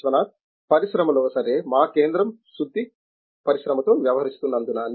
విశ్వనాథన్ పరిశ్రమలో సరే మా కేంద్రం శుద్ధి పరిశ్రమతో వ్యవహరిస్తున్నందున